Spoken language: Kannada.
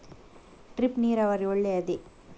ಡ್ರಿಪ್ ನೀರಾವರಿ ಒಳ್ಳೆಯದೇ?